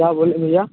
क्या बोलें भैया